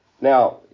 Now